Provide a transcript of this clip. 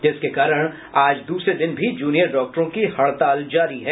जिसके कारण आज दूसरे दिन भी जूनियर डॉक्टरों की हड़ताल जारी है